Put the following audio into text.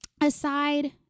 aside